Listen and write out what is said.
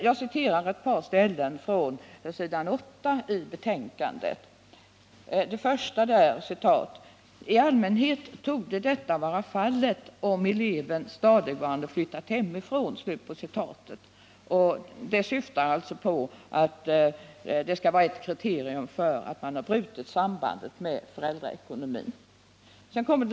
Jag citerar ett par ställen på s. 8 i betänkandet: ”I allmänhet torde detta vara fallet om eleven stadigvarande flyttat hemifrån.” — Det skulle alltså vara ett kriterium på att vederbörande brutit sambandet med föräldraekonomin.